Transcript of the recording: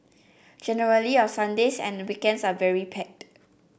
generally our Sundays and weekends are very packed